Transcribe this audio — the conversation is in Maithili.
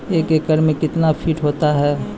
एक एकड मे कितना फीट होता हैं?